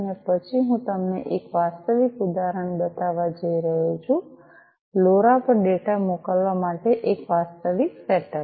અને પછી હું તમને એક વાસ્તવિક ઉદાહરણ બતાવવા જઈ રહ્યો છું લોરા પર ડેટા મોકલવા માટે એક વાસ્તવિક સેટઅપ